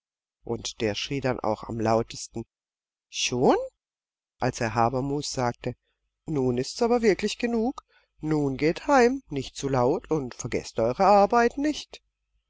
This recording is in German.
und der schrie dann auch am lautesten schon als herr habermus sagte nun ist's aber wirklich genug nun geht heim nicht zu laut und vergeßt eure arbeiten nicht